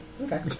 Okay